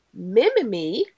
Mimimi